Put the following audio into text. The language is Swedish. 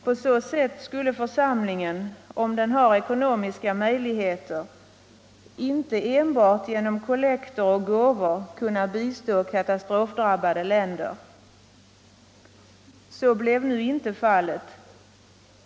På så sätt skulle församlingen, om den har ekonomiska möjligheter, ej enbart genom kollekter och gåvor kunna bistå katastrofdrabbade länder. Så blev nu inte fallet.